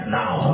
now